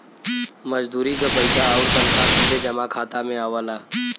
मजदूरी क पइसा आउर तनखा सीधे जमा खाता में आवला